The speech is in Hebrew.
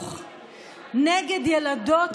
חינוך נגד ילדות וילדים,